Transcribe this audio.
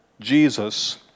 Jesus